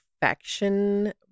perfection